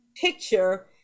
picture